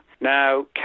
Now